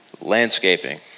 landscaping